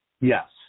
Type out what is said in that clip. Yes